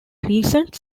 recent